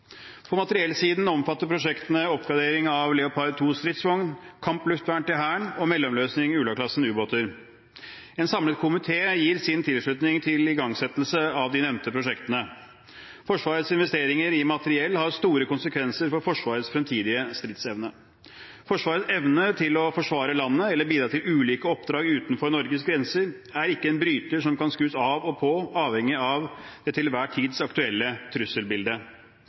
for bygging av ny brannstasjon. På materiellsiden omfatter prosjektene oppgradering av Leopard 2 stridsvogn, kampluftvern til Hæren og mellomløsning for Ula-klassen ubåter. En samlet komité gir sin tilslutning til igangsettelse av de nevnte prosjektene. Forsvarets investeringer i materiell har store konsekvenser for Forsvarets fremtidige stridsevne. Forsvarets evne til å forsvare landet eller bidra til ulike oppdrag utenfor Norges grenser er ikke noe som kan skrus av og på med en bryter, avhengig av det til enhver tid aktuelle